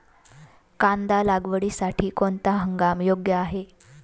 कांदा लागवडीसाठी कोणता हंगाम योग्य आहे?